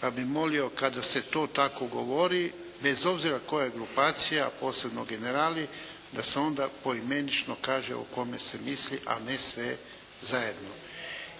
pa bih molio kada se to tako govori bez obzira koja je grupacija posebno generali da se onda poimenično kaže o kome se misli a ne sve zajedno.